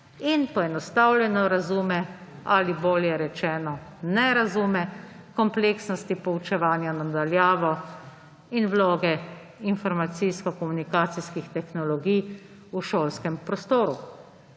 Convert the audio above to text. in poenostavljeno razume ali – bolje rečeno – ne razume kompleksnosti poučevanja na daljavo in vloge informacijsko-komunikacijskih tehnologij v šolskem prostoru.